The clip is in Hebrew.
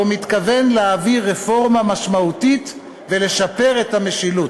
מתכוון להעביר רפורמה משמעותית ולשפר את המשילות.